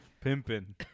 Pimping